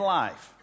life